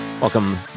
Welcome